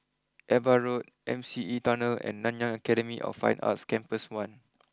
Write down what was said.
Ava Road M C E Tunnel and Nanyang Academy of Fine Arts Campus one